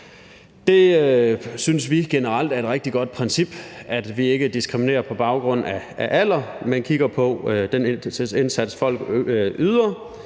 Det synes vi generelt er et rigtig godt princip: at vi ikke diskriminerer på baggrund af alder, men kigger på den indsats, folk yder,